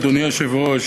אדוני היושב-ראש,